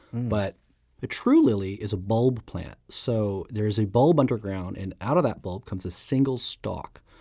but a true lily is a bulb plant so there is a bulb underground, and out of that bulb comes a single stalk.